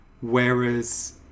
Whereas